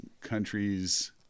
countries